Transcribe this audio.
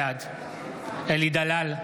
בעד אלי דלל,